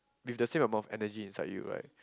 with the same amount of energy inside you right